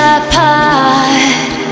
apart